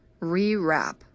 Rewrap